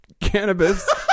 cannabis